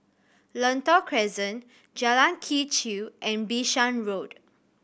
Lentor Crescent Jalan Quee Chew and Bishan Road